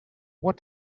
what